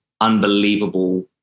unbelievable